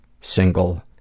single